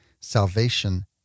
salvation